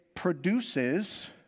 produces